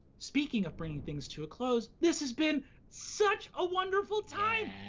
speaking of bringing things to a close, this has been such a wonderful time. yeah.